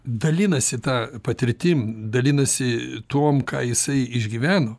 dalinasi ta patirtim dalinasi tuom ką jisai išgyveno